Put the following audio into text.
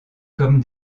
comme